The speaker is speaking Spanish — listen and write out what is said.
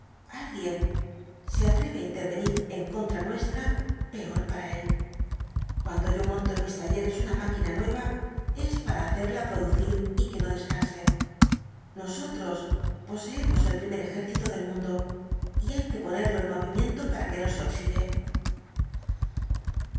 alguien se atreve á intervenir en contra nuestra peor para él cuando yo monto en mis talleres una máquina nueva es para hacerla producir y que no descanse nosotros poseemos el primer ejército del mundo y hay que ponerlo en movimiento para que no se oxide